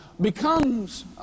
becomes